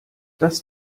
das